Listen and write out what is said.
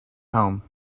home